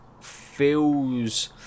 feels